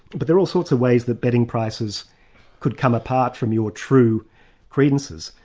but there are all sorts of ways that betting prices could come apart from your true credences.